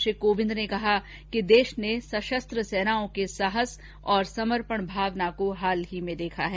श्री कोविंद ने कहा कि देश ने सशस्त्र सेनाओं के साहस और समर्पण भावना को हाल में देखा है